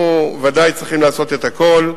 ודאי שאנחנו צריכים לעשות הכול.